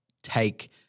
take